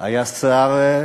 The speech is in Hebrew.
היה שר,